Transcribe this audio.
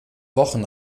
wochen